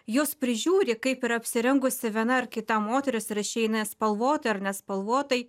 jos prižiūri kaip yra apsirengusi viena ar kita moteris ar išeina spalvotai ar nespalvotai